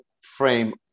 frame